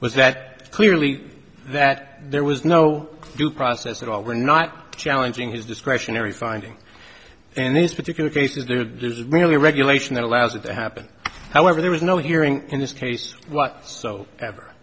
was that clearly that there was no due process at all we're not challenging his discretionary finding and these particular cases there's really a regulation that allows it to happen however there is no hearing in this case what so ever